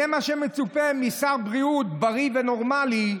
זה מה שמצופה משר בריאות בריא ונורמלי,